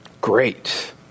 great